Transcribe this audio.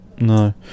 No